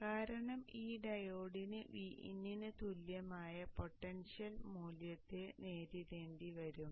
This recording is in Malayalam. കാരണം ഈ ഡയോഡിന് Vin ന് തുല്യമായ പൊട്ടൻഷ്യൽ മൂല്യത്തെ നേരിടേണ്ടിവരും